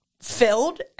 Filled